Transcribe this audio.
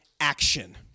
action